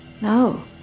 no